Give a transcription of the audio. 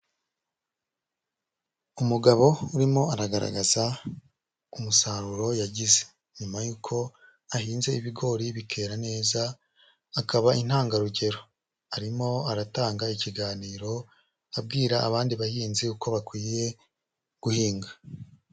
Umugabo urimo aragaragaza umusaruro yagize nyuma yuko ahinze ibigori bikera neza akaba intangarugero, arimo aratanga ikiganiro abwira abandi bahinzi uko bakwiye guhinga.